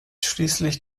schließlich